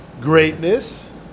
greatness